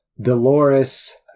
Dolores